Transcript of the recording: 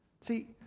See